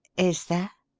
is there?